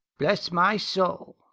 bless my soul,